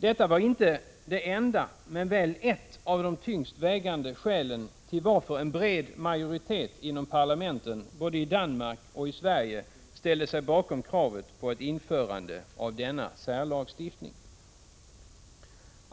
Detta är inte det enda, men väl ett av de tyngst vägande skälen till att en bred majoritet inom parlamenten både i Danmark och i Sverige ställde sig bakom kravet på ett införande av denna särlagstiftning.